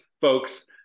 folks